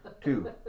two